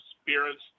spirits